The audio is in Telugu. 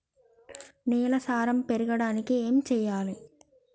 నేల సారం పెరగడానికి ఏం చేయాలి?